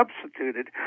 substituted